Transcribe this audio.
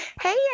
Hey